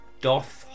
Doth